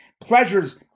pleasures